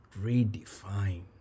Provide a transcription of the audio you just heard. redefine